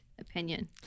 opinion